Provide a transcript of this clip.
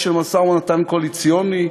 ושל משא-ומתן קואליציוני,